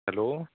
hello